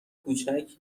کوچک